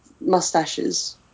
mustaches